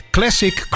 Classic